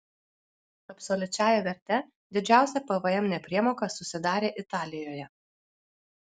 absoliučiąja verte didžiausia pvm nepriemoka susidarė italijoje